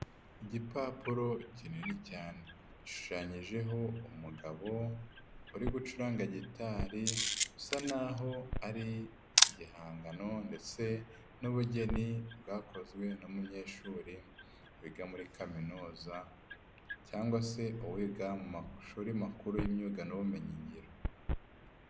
Igipapuro kinini cyane, gishushanyijeho umugabo uri gucuranga gitari bisa n'aho ari igihangano ndetse n'ubugeni bwakozwe n'umunyeshuri wiga muri kaminuza cyangwa se uwiga mu mashuri makuru y'imyuga n'ubumenyingiro.